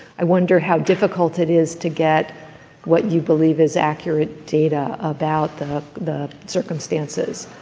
i wonder how difficult it is to get what you believe is accurate data about the the circumstances.